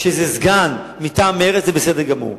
כשזה סגן מטעם מרצ זה בסדר גמור.